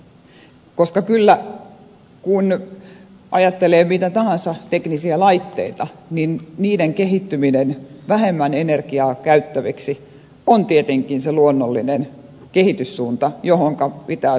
kyllä kun ajattelee mitä tahansa teknisiä laitteita niiden kehittyminen vähemmän energiaa käyttäviksi on tietenkin se luonnollinen kehityssuunta johonka pitää suomessa teknologiaa tukea